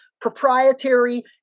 proprietary